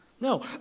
No